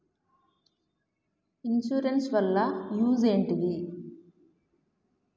Insurance వాళ్ల use ఏంటిది?